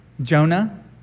Jonah